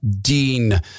Dean